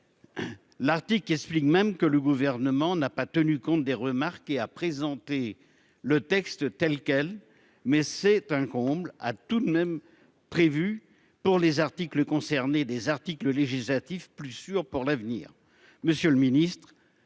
L'Arctique, explique même que le gouvernement n'a pas tenu compte des remarques et a présenté le texte tel quel, mais c'est un comble. À tout de même prévu pour les articles concernés des articles législatif plus sûr pour l'avenir.